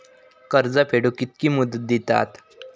कर्ज फेडूक कित्की मुदत दितात?